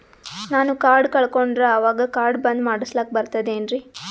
ನಾನು ಕಾರ್ಡ್ ಕಳಕೊಂಡರ ಅವಾಗ ಕಾರ್ಡ್ ಬಂದ್ ಮಾಡಸ್ಲಾಕ ಬರ್ತದೇನ್ರಿ?